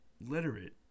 literate